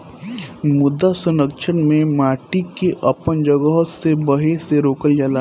मृदा संरक्षण में माटी के अपन जगह से बहे से रोकल जाला